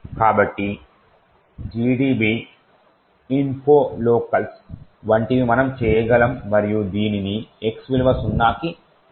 కాబట్టి gdb info locals వంటివి మనం చేయగలము మరియు దీనికి x విలువ సున్నాకి సమానం